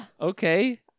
Okay